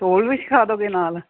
ਢੋਲ ਵੀ ਸਿਖਾ ਦੇਵੋਗੇ ਨਾਲ